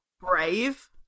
brave